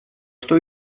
что